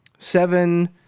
Seven